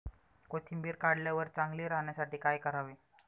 कोथिंबीर काढल्यावर चांगली राहण्यासाठी काय करावे?